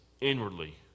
inwardly